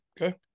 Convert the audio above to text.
okay